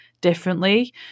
differently